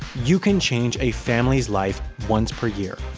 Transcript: you can change a family's life once per year,